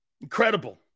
incredible